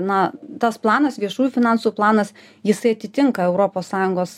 na tas planas viešųjų finansų planas jisai atitinka europos sąjungos